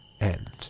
end